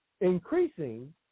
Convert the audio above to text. increasing